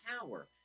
power